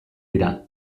dira